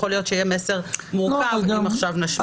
יכול להיות שיהיה מסר מורכב אם עכשיו נשמיט את זה.